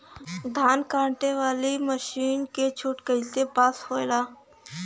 धान कांटेवाली मासिन के छूट कईसे पास होला?